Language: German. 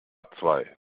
zwei